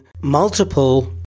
multiple